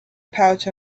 pouch